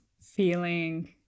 feeling